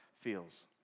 feels